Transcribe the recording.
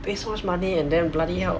pay so much money and then bloody hell